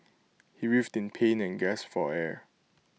he writhed in pain and gasped for air